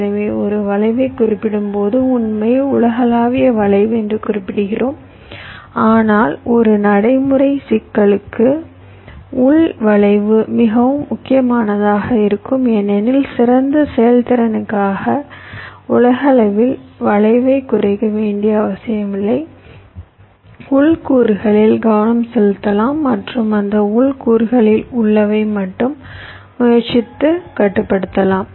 எனவே ஒரு வளைவைக் குறிப்பிடும்போது உண்மையில் உலகளாவிய வளைவு என்று குறிப்பிடுகிறோம் ஆனால் ஒரு நடைமுறை சிக்கலுக்கு உள் வளைவு மிகவும் முக்கியமானதாக இருக்கும் ஏனெனில் சிறந்த செயல்திறனுக்காக உலகளவில் வளைவைக் குறைக்க வேண்டிய அவசியமில்லை உள் கூறுகளில் கவனம் செலுத்தலாம் மற்றும் அந்த உள் கூறுகளில் உள்ளவை மட்டும் முயற்சித்து கட்டுப்படுத்தலாம்